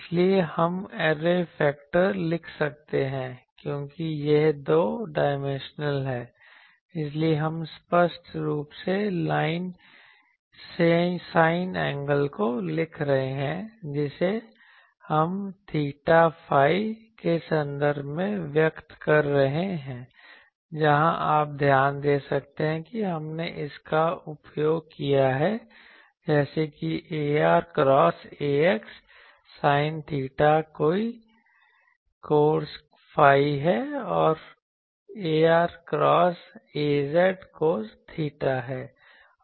इसलिए हम array factor लिख सकते हैं क्योंकि यह दो डायमेंशनल है इसलिए हम स्पष्ट रूप से साइन एंगल को लिख रहे हैं जिसे हम थीटा फाई के संदर्भ में व्यक्त कर रहे हैं जहां आप ध्यान दे सकते हैं कि हमने इसका उपयोग किया है जैसे कि ar cross ax sine theta cos phi है और ar cross az cos theta है